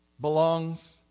belongs